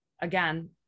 again